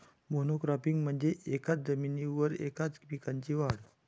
monocropping म्हणजे एकाच जमिनीवर एकाच पिकाची वाढ